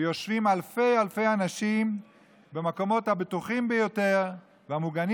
ויושבים אלפי אלפי אנשים במקומות הבטוחים ביותר והמוגנים